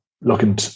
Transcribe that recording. looking